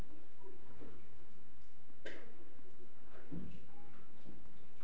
Plantix या ॲपमधील तज्ज्ञांनी केलेली मार्गदर्शन खरोखरीच कामाचं रायते का?